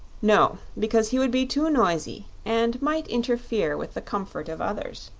no because he would be too noisy, and might interfere with the comfort of others.